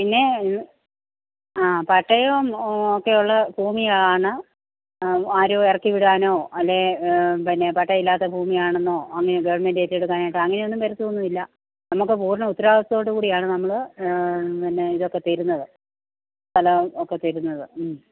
പിന്നെ ആ പട്ടയം ഒക്കെയുള്ള ഭൂമിയാണ് ആരും ഇറക്കി വിടാനോ അല്ലെ പിന്നെ പട്ടയം ഇല്ലാത്ത ഭൂമി ആണെന്നോ അങ്ങനെ ഗവൺമെൻ്റ് ഏറ്റെടുക്കാൻ ആയിട്ട് അങ്ങനെയൊന്നും വരുത്തൊന്നുമില്ല നമുക്ക് പൂർണ്ണ ഉത്തരവാദിത്വത്തോട് കൂടിയാണ് നമ്മൾ പിന്നെ ഇതൊക്കെ തരുന്നത് സ്ഥലമോ ഒക്കെ തരുന്നത്